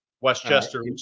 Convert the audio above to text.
Westchester